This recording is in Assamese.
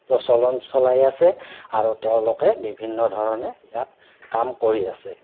প্ৰচলন চলাই আছে আৰু তেওঁলোকে বিভিন্ন ধৰণে ইয়াত কাম কৰি আছে